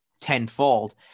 tenfold